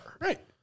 Right